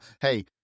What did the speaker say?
Hey